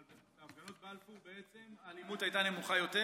ובהפגנות בלפור האלימות בעצם הייתה נמוכה יותר,